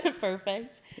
Perfect